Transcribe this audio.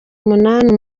umunani